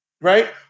right